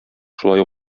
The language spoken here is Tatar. шулай